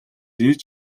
хийж